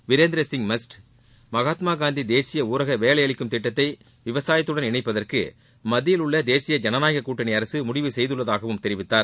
வீரேந்திர சிங் மஸ்ட் மகாத்மா காந்தி தேசிய ஊரக வேலை அளிக்கும் திட்டத்தை விவசாயத்துடன் இணைப்பதற்கு மத்தியில் உள்ள தேசிய ஜனநாயக கூட்டணி அரசு முடிவு செய்துள்ளதாகவும் தெரிவித்தார்